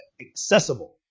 accessible